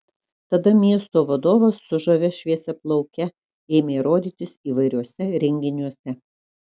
tada miesto vadovas su žavia šviesiaplauke ėmė rodytis įvairiuose renginiuose